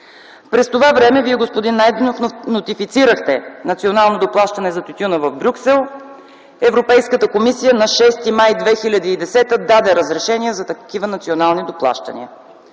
През това време Вие, господин Найденов, нотифицирахте национално доплащане за тютюна в Брюксел. Европейската комисия на 6 май 2010 г. даде разрешение за такива национални доплащания.